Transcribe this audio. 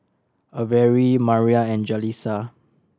Averie Mariah and Jalissa